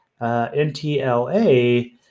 NTLA